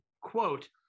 quote